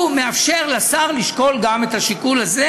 הוא מאפשר לשר לשקול גם את השיקול הזה,